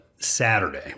Saturday